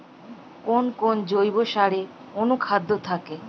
কোন কোন জৈব সারে অনুখাদ্য থাকে?